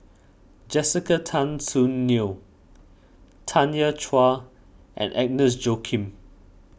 Jessica Tan Soon Neo Tanya Chua and Agnes Joaquim